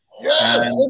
Yes